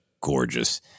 gorgeous